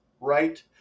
right